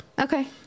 okay